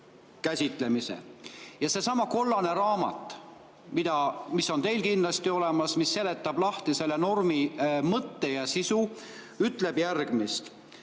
Ja seesama kollane raamat, mis on teil kindlasti olemas, mis seletab lahti selle normi mõtte ja sisu, ütleb järgmist: